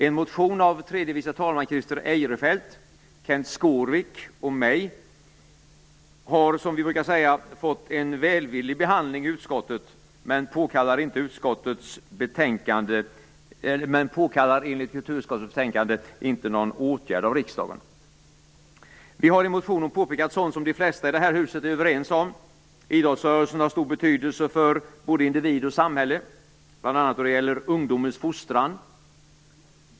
En motion av tredje vice talman Christer Eirefelt, Kenth Skårvik och mig har - som vi brukar säga - fått en välvillig behandling i utskottet men påkallar enligt kulturutskottets betänkande inte någon åtgärd av riksdagen. Vi har i motionen påpekat sådant som de flesta i det här huset är överens om. Idrottsrörelsen har stor betydelse för både individ och samhälle, bl.a. då det gäller ungdomens fostran.